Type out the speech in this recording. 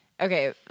Okay